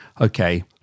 okay